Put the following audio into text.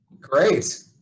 Great